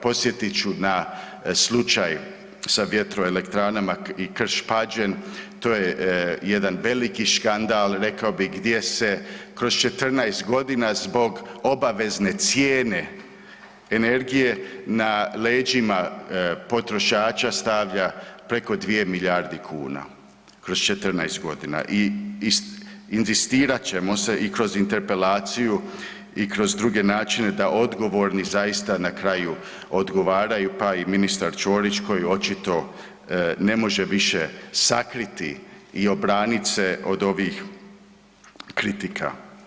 Podsjetit ću na slučaj sa vjetroelektranama i Krš-Pađen, to je jedan veliki škandal, rekao bi gdje se kroz 14.g. zbog obavezne cijene energije na leđima potrošača stavlja preko 2 milijarde kuna kroz 14.g. i inzistirat ćemo se i kroz interpelaciju i kroz druge načine da odgovorni zaista na kraju odgovaraju, pa i ministar Ćorić koji očito ne može više sakriti i obranit se od ovih kritika.